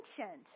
ancient